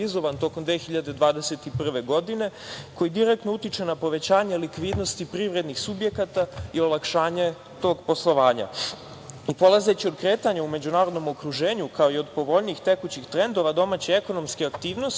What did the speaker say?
2021. godine, koji direktno utiče na povećanje likvidnosti privrednih subjekata i olakšanje tog poslovanja. Polazeći od kretanja u međunarodnom okruženju, kao i od povoljnijih tekućih trendova domaće ekonomske aktivnosti,